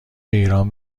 ایران